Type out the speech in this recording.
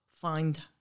find